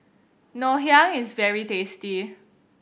Ngoh Hiang is very tasty